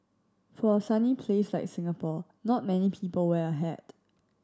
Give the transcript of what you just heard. for a sunny place like Singapore not many people wear a hat